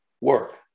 work